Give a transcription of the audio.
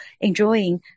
enjoying